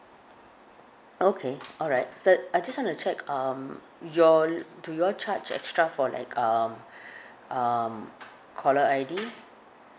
okay alright so I just want to check um you all do you all charge extra for like um um caller I_D